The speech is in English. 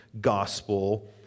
gospel